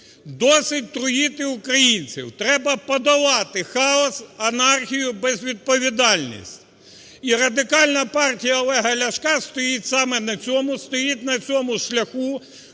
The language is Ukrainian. Досить труїти українців, треба подолати хаос, анархію, безвідповідальність. І Радикальна партія Олега Ляшка стоїть саме на цьому,